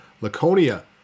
Laconia